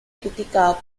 criticado